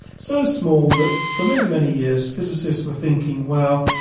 so small that for many, many years physicists were thinking, well,